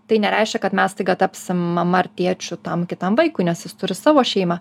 tai nereiškia kad mes staiga tapsim mama ar tėčiu tam kitam vaikui nes jis turi savo šeimą